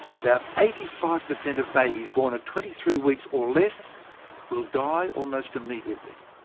about eighty five percent of babies born at twenty three weeks or less will die almost immediately.